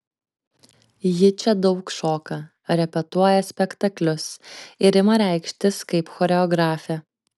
ji čia daug šoka repetuoja spektaklius ir ima reikštis kaip choreografė